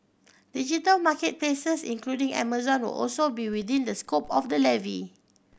digital market places including Amazon would also be within the scope of the levy